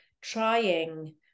trying